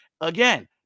Again